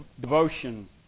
devotion